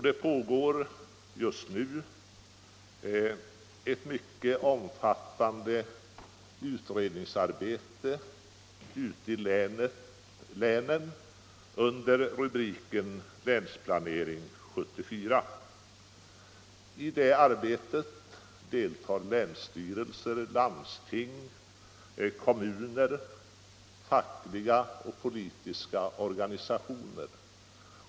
Det pågår just nu ett mycket omfattande utredningsarbete ute i länen under rubriken Länsplanering 74. I det arbetet deltar länsstyrelser, landsting, kommuner och fackliga och politiska organisationer.